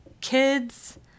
kids